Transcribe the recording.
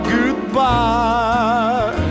Goodbye